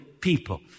people